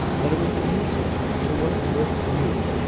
that it would be useless to work with you.